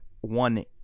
one